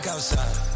Outside